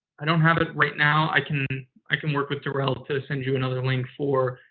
i don't have it right now. i can i can work with de'rell to send you another link for.